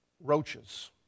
roaches